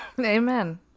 amen